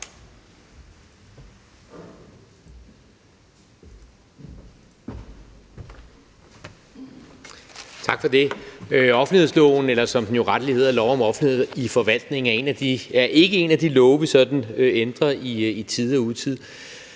Tak for det. Offentlighedsloven – eller som den jo rettelig hedder: Lov om offentlighed i forvaltningen – er ikke en af de love, vi sådan ændrer i tide og utide.